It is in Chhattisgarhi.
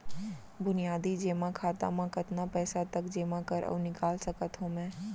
बुनियादी जेमा खाता म कतना पइसा तक जेमा कर अऊ निकाल सकत हो मैं?